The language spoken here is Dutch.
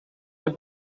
heb